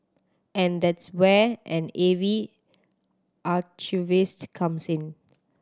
and that's where an A V archivist comes in